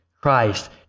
Christ